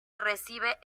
recibe